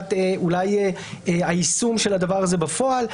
מבחינת היישום של הדבר הזה בפועל,